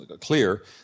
clear